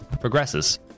progresses